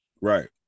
Right